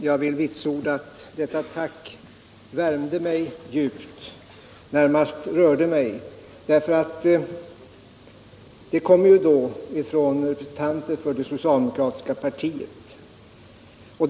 Herr talman! Jag vill vitsorda att detta tack värmde mig djupt — närmast rörde mig eftersom det kom från en representant för det socialdemokratiska partiet.